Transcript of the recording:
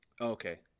Okay